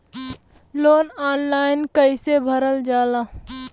Loan online कइसे भरल जाला?